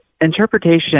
interpretation